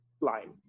line